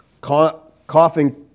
coughing